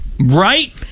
Right